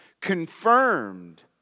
confirmed